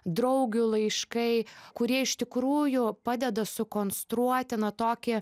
draugių laiškai kurie iš tikrųjų padeda sukonstruoti na tokį